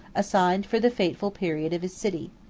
assigned for the fatal period of his city.